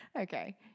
Okay